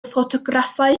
ffotograffau